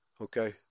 okay